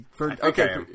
Okay